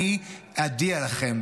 אני אודיע לכם.